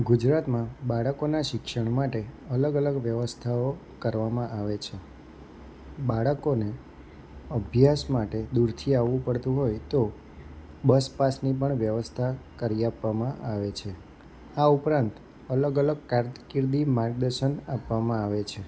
ગુજરાતમાં બાળકોના શિક્ષણ માટે અલગ અલગ વ્યવસ્થાઓ કરવામાં આવે છે બાળકોને અભ્યાસ માટે દૂરથી આવવું પડતું હોય તો બસ પાસની પણ વ્યવસ્થા કરી આપવામાં આવે છે આ ઉપરાંત અલગ અલગ કારકિર્દી માર્ગદર્શન આપવામાં આવે છે